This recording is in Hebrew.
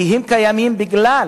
כי הם קיימים בגלל